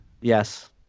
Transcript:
Yes